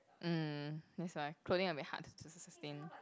mm that's why clothing are very hard to s~ sustain